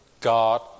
God